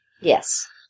yes